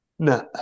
No